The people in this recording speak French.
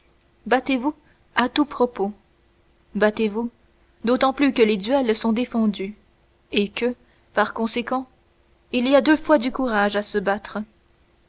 battez vous à tout propos battez vous d'autant plus que les duels sont défendus et que par conséquent il y a deux fois du courage à se battre